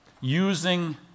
using